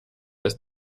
ist